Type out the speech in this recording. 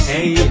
Hey